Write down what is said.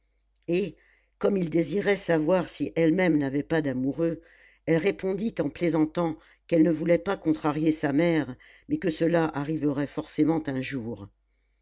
et comme il désirait savoir si elle-même n'avait pas d'amoureux elle répondit en plaisantant qu'elle ne voulait pas contrarier sa mère mais que cela arriverait forcément un jour